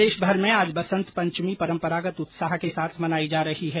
प्रदेशभर में आज बसंत पंचमी परंपरागत उत्साह के साथ मनाई जा रही है